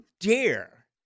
dare